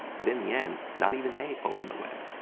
but in the end, not even they own the web.